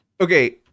okay